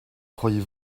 croyez